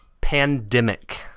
pandemic